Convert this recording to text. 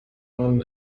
man